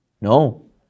No